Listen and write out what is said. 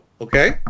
Okay